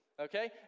Okay